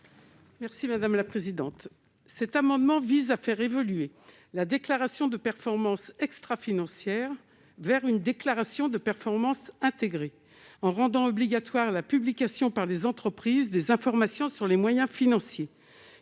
Merci madame la présidente, cet amendement vise à faire évoluer la déclaration de performance extra-financière vers une déclaration de performance intégrées en rendant obligatoire la publication par les entreprises, des informations sur les moyens financiers